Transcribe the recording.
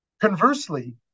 Conversely